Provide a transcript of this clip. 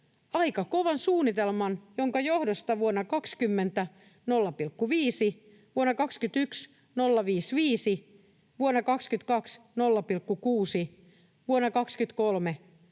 aika kovan suunnitelman, jonka johdosta: vuonna 20 0,5, vuonna 21 0,55, vuonna 22 0,6, vuonna 23